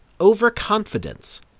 overconfidence